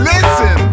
Listen